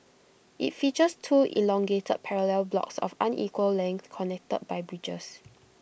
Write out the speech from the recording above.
IT features two elongated parallel blocks of unequal length connected by bridges